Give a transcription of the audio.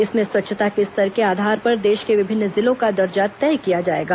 इसमें स्वच्छता के स्तर के आधार पर देश के विभिन्न जिलों का दर्जा तय किया जायेगा